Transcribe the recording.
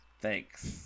Thanks